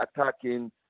attacking